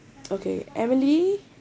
okay emily